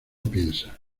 piensa